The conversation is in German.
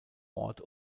ort